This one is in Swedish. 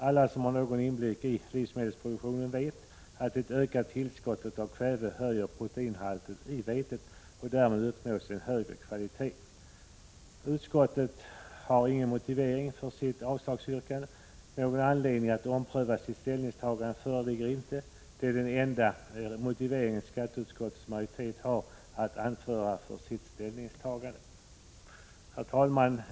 Alla som har någon inblick i livsmedelsproduktionen vet att ett ökat tillskott av kväve höjer proteinhalten i vetet. Därmed uppnås en högre kvalitet. Utskottet saknar motivering för sitt avslagsyrkande. Någon anledning att ompröva sitt ställningstagande föreligger inte — detta är den enda motivering skatteutskottets majoritet har att anföra för sitt ställningstagande. Herr talman!